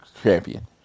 champion